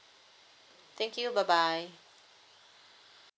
thank you bye bye